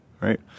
right